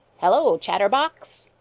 hello, chatterbox,